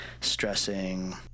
stressing